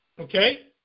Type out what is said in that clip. Okay